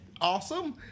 awesome